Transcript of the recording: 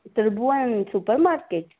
Tribhuvan super market